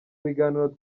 biganiro